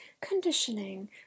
conditioning